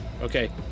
Okay